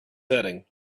setting